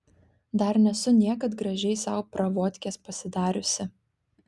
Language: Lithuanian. dar nesu niekad gražiai sau pravodkės pasidariusi